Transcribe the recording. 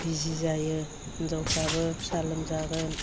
बिजि जायो हिन्जावफ्राबो फिसा लोमजागोन